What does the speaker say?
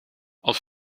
als